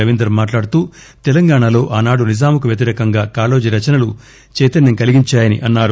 రవీందర్ మాట్లాడుతూ తెలంగాణలో ఆనాడు నిజాంకు వ్యతిరేకంగా కాళోజీ రచనలు చైతన్యం కలిగించాయని అన్నారు